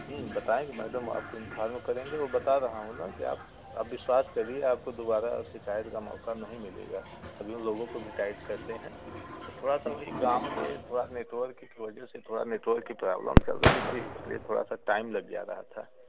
हूँ बताएँगे मैडम आपको इन्फॉर्म करेंगे वो बता रहा हूँ ना कि आप आप विश्वास करिए आपको दोबारा शिकायत का मौका नहीं मिलेगा अभी उन लोगों को भी टाइट करते हैं तो थोड़ा सा वही गाँव में थोड़ा नेटवर्क की वजह से थोडा नेटवर्क की प्रॉब्लम चल रही थी इसलिए थोड़ा सा टाइम लग जा रहा था